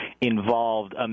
involved